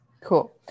Cool